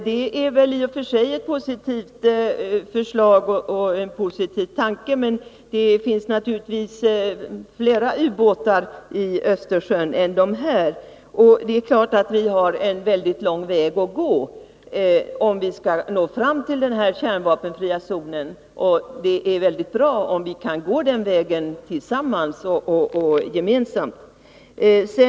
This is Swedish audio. Det är i och för sig ett positivt förslag och en positiv tanke. Men det finns naturligtvis flera ubåtar i Östersjön än de här. Det är klart att vi har en mycket lång väg att gå, om vi skall nå fram till inrättandet av en kärnvapenfri zon. Det är bra om vi kan gå den vägen tillsammans och nå målet gemensamt.